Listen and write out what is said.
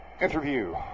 interview